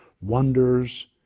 wonders